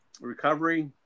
recovery